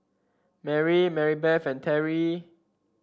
Mary Maribeth and Terrie